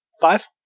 Five